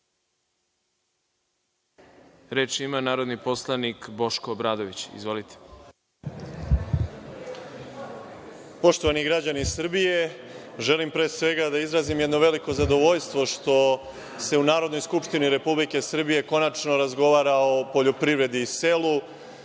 Reč ima narodni poslanik Boško Obradović. Izvolite. **Boško Obradović** Poštovani građani Srbije, želim pre svega da izrazim jedno veliko zadovoljstvo što se u Narodnoj skupštini Republike Srbije konačno razgovara o poljoprivredi i selu,